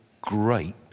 great